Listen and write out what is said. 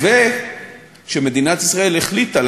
כי פה אסור לי לתת